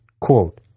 Quote